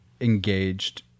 engaged